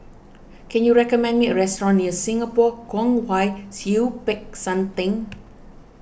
can you recommend me a restaurant near Singapore Kwong Wai Siew Peck San theng